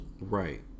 right